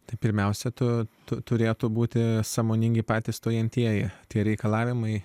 tai pirmiausia tu tu turėtų būti sąmoningi patys stojantieji tie reikalavimai